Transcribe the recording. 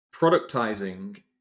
productizing